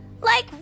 Like